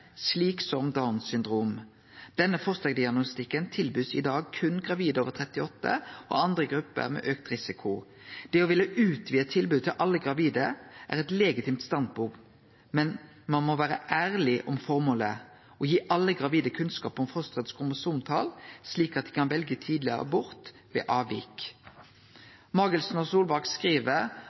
slik som trisomi 21 . Denne fosterdiagnostikken tilbys i dag kun gravide over 38 år, og andre grupper med økt risiko. Det å ville utvide tilbudet til alle gravide er et legitimt standpunkt, men man må være ærlig om formålet: Å gi alle gravide kunnskap om fosterets kromosomtall, slik at de kan velge tidlig abort ved avvik.» Magelssen og